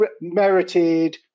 merited